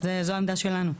זו העמדה שלנו.